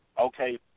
okay